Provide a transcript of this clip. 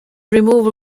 removal